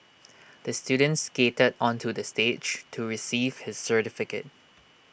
the student skated onto the stage to receive his certificate